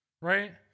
Right